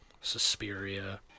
Suspiria